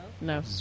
No